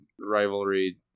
rivalry